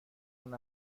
اون